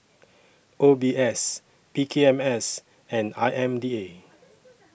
O B S P K M S and I M D A